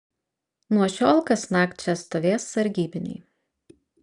nuo šiol kasnakt čia stovės sargybiniai